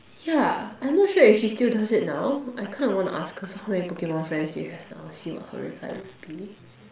yeah I'm not sure if she still does it now I kinda want to ask her so how many Pokemon friends do you have now see what her reply would be